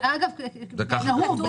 אגב, כנהוג.